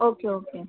okay okay